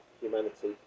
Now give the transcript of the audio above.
humanity